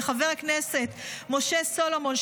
לחבר הכנסת משה סולומון,